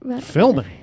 Filming